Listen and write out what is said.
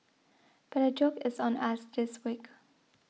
but the joke is on us this week